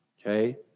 Okay